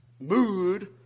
mood